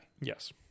yes